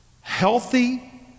Healthy